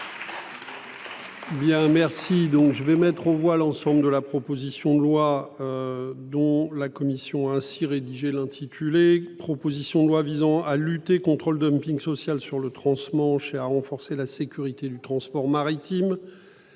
texte de la commission, modifié, l'ensemble de la proposition de loi dont la commission a ainsi rédigé l'intitulé : proposition de loi visant à lutter contre le dumping social sur le transmanche et à renforcer la sécurité du transport maritime.